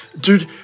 dude